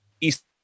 East